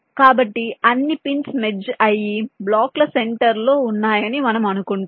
కాబట్టి అన్ని pins merge అయ్యి బ్లాకుల సెంటర్లు లో ఉన్నాయని మనము అనుకుంటాము